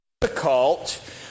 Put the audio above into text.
difficult